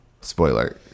Spoiler